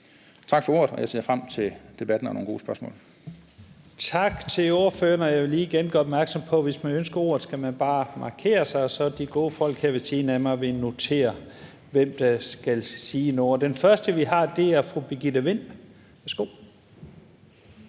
Tak for ordet. Jeg ser frem til debatten og nogle gode spørgsmål.